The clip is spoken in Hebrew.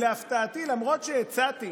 הצעתי